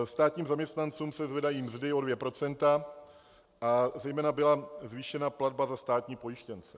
Státním zaměstnancům se zvedají mzdy o dvě procenta a zejména byla zvýšena platba za státní pojištěnce.